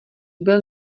byl